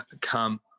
come